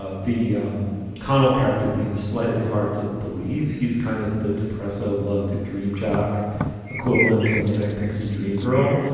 ah the um connell character being slightly hard to believe. he's kind of the depressive lugg dream jock equivalent of the manic pixie dream girl.